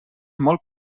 molt